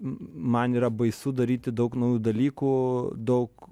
man yra baisu daryti daug naujų dalykų daug